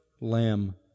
Lamb